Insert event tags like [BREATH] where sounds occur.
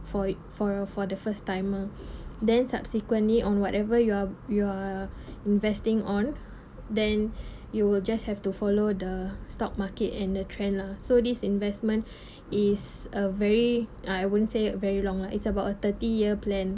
for it for your for the first timer [BREATH] then subsequently on whatever you're you are investing on then [BREATH] you will just have to follow the stock market and the trend lah so this investment [BREATH] is a very I wouldn't say very long lah it's about thirty year plan